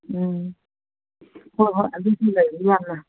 ꯎꯝ ꯍꯣꯏ ꯍꯣꯏ ꯑꯗꯨꯁꯨ ꯂꯩꯌꯦ ꯌꯥꯝꯅ